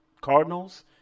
Cardinals